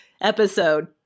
episode